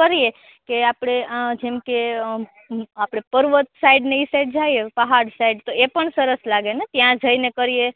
કરીએ કે આપણે આ જેમકે આપણે પર્વત સાઈડને એ સાઈડ જઈએ પહાડ સાઈડ તો એ પણ સરસ લાગેને ત્યાં જઈને કરીએ